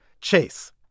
Chase